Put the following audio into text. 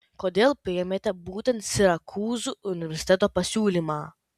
kodėl priėmėte būtent sirakūzų universiteto pasiūlymą